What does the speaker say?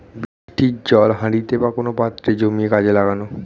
বৃষ্টির জল হাঁড়িতে বা কোন পাত্রে জমিয়ে কাজে লাগানো